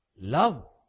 Love